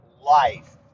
life